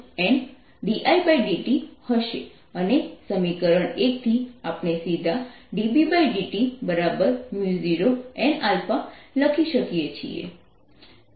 πs2 dBdt0ndIdt અને સમીકરણ 1 થી આપણે સીધા dBdt0nα લખી શકીએ છીએ